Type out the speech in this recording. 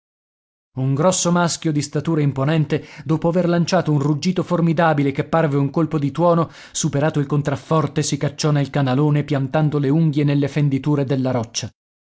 un grosso maschio di statura imponente dopo aver lanciato un ruggito formidabile che parve un colpo di tuono superato il contrafforte si cacciò nel canalone piantando le unghie nelle fenditure della roccia